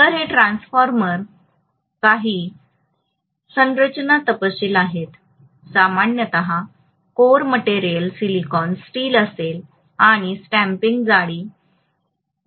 तर हे ट्रान्सफॉर्मरचे काही बांधकाम तपशील आहेत सामान्यत कोर मटेरियल सिलिकॉन स्टील असेल आणि स्टॅम्पिंग जाडी 0